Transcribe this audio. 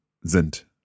sind